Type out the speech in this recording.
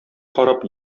карап